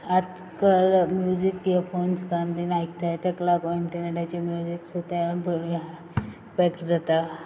रातभर music earphones घान बीन आयकताय तेक लागोन इंचरनॅटाचेर म्युजीक तेंय भुरग्यां इफेक्ट जाता